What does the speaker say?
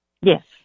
Yes